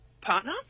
partner